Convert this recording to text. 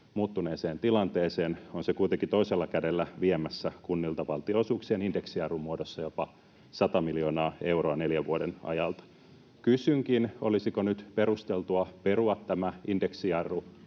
muuttuneeseen tilanteeseen, on se kuitenkin toisella kädellä viemässä kunnilta valtionosuuksien indeksijarrun muodossa jopa sata miljoonaa euroa neljän vuoden ajalta. Kysynkin: olisiko nyt perusteltua perua tämä indeksijarru,